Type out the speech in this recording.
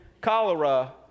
cholera